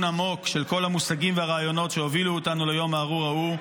עמוק של כל המושגים והרעיונות שהובילו אותנו ליום הארור ההוא.